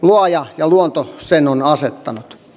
luoja ja luonto sen ovat asettaneet